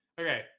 okay